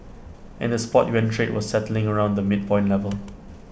and the spot yuan trade was settling around the midpoint level